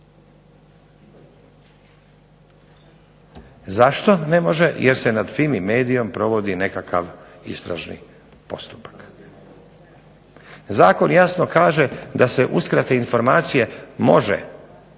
Zašto ne može? Jer se nad Fimi-Mediom provodi nekakav istražni postupak. Zakon jasno kaže da se uskrate informacije da može doći